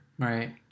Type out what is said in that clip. Right